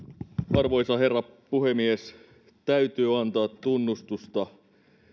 arvoisa herra puhemies täytyy antaa tunnustusta